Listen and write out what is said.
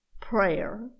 prayer